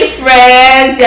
friends